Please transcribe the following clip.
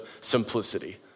simplicity